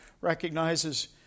recognizes